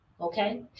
okay